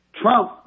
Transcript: Trump